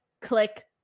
click